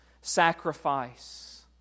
sacrifice